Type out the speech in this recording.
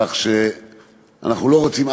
כך שאנחנו לא רוצים,